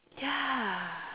ya